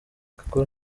akora